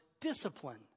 discipline